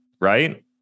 right